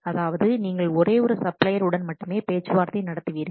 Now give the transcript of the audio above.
அதாவது நீங்கள் ஒரே ஒரு சப்ளையர் உடன் மட்டுமே பேச்சுவார்த்தை நடத்துவீர்கள்